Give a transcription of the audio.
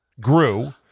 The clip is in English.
grew